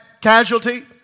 casualty